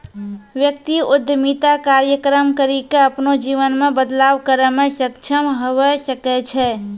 व्यक्ति उद्यमिता कार्यक्रम करी के अपनो जीवन मे बदलाव करै मे सक्षम हवै सकै छै